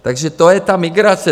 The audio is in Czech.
Takže to je ta migrace.